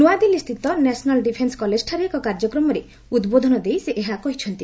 ନୂଆଦିଲ୍ଲୁସ୍ଥିତ national defence କଲେଜଠାରେ ଏକ କାର୍ଯ୍ୟକ୍ରମରେ ଉଦ୍ବୋଧନ ଦେଇ ସେ ଏହା କହିଛନ୍ତି